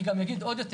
אני גם אגיד עוד יותר.